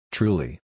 Truly